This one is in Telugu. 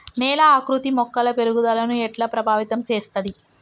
నేల ఆకృతి మొక్కల పెరుగుదలను ఎట్లా ప్రభావితం చేస్తది?